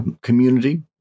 community